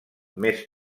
més